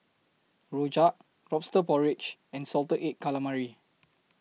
Rojak Lobster Porridge and Salted Egg Calamari